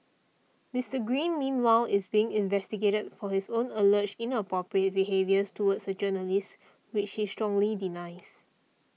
Mister Green meanwhile is being investigated for his own alleged inappropriate behaviour towards a journalist which he strongly denies